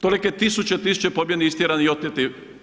Tolike tisuće, tisuće pobijeni, istjerani i oteti.